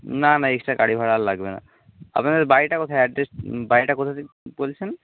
না না এক্সট্রা গাড়ি ভাড়া আর লাগবে না আপনাদের বাড়িটা কোথায় অ্যাড্রেস বাড়িটা কোথায় বলছেন